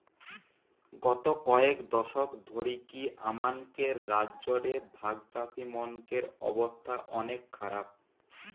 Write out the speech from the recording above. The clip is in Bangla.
গত কয়েক দশক ধরিকি আমানকের রাজ্য রে ভাগচাষীমনকের অবস্থা অনেক খারাপ